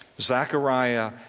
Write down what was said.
Zechariah